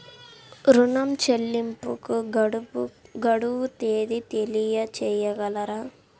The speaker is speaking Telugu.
ఋణ చెల్లింపుకు గడువు తేదీ తెలియచేయగలరా?